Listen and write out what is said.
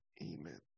amen